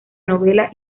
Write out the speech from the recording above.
novela